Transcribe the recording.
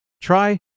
try